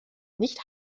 nicht